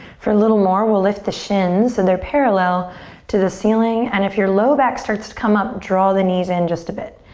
for a little more, we'll lift the shins so they're parallel to the ceiling and if your low back starts to come up, draw the knees in just a bit.